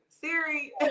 siri